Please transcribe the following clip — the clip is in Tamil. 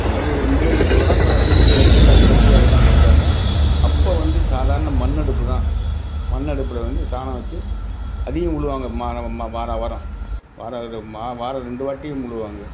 அது முன்னேறிட்டு வரோம் இப்போ சிமெண்ட் அடுப்பு கரண்ட் அடுப்பு அதெல்லாம் வச்சிருக்காங்க அப்போ வந்து சாதாரண மண் அடுப்பு தான் மண் அடுப்பில் வந்து சாணம் வச்சி அதையும் உழுவாங்க மான மா மா வாரம் வாரம் வாரம் மா வாரம் ரெண்டு வாட்டி முழுகுவாங்க